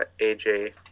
AJ